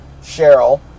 Cheryl